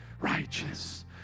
Righteous